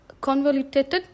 convoluted